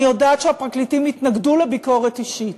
אני יודעת שהפרקליטים התנגדו לביקורת אישית.